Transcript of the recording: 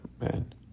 man